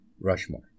Rushmore